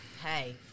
hey